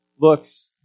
looks